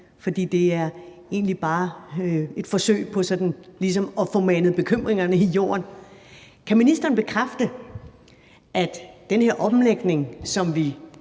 at det egentlig bare er et forsøg på sådan ligesom at få manet bekymringerne i jorden. Kan ministeren bekræfte, at den her omlægning, som vi